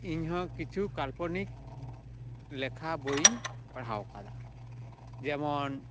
ᱤᱧᱦᱚᱸ ᱠᱤᱪᱷᱩ ᱠᱟᱞᱯᱚᱱᱤᱠ ᱞᱮᱠᱷᱟ ᱵᱳᱭᱤᱧ ᱯᱟᱲᱦᱟᱣ ᱟᱠᱟᱫᱟ ᱡᱮᱢᱚᱱ